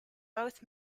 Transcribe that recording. both